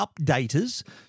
updaters